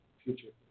future